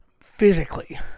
physically